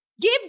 give